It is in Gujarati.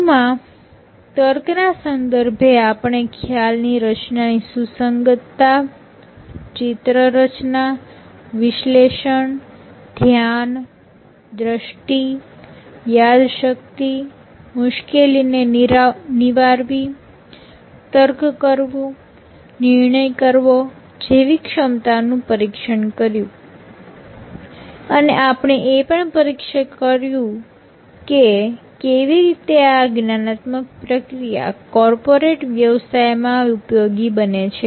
વધુમાં તર્કના સંદર્ભે આપણે ખ્યાલની રચના ની સુસંગતતા ચિત્ર રચના વિશ્લેષણ ધ્યાન દ્રષ્ટિ યાદશક્તિ મૂશકેલી ને નિવારવી તર્ક કરવું નિર્ણય કરવો જેવી ક્ષમતા નું પરીક્ષણ કર્યું અને આપણે એ પણ પરિક્ષણ કર્યું કે કેવી રીતે આ જ્ઞાનાત્મક પ્રક્રિયા કોર્પોરેટ વ્યવસાય માં ઉપયોગી બને છે